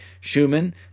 Schumann